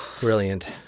Brilliant